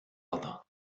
other